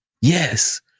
Yes